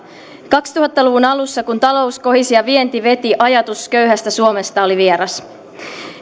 kaksituhatta luvun alussa kun talous kohisi ja vienti veti ajatus köyhästä suomesta oli vieras